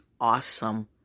awesome